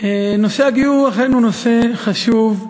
נושא הגיור הוא אכן נושא חשוב,